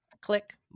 click